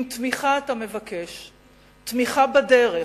אם תמיכה אתה מבקש, תמיכה בדרך,